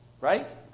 right